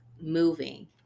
moving